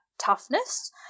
toughness